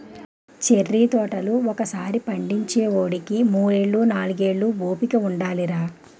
cherry తోటలు ఒకసారి పండించేవోడికి మూడేళ్ళు, నాలుగేళ్ళు ఓపిక ఉండాలిరా